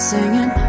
Singing